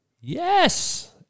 Yes